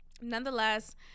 nonetheless